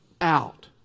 out